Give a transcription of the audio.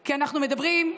כי אנחנו מדברים,